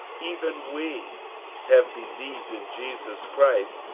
even we have believed in jesus christ,